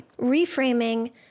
Reframing